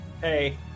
Hey